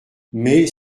mais